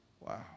Wow